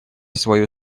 свое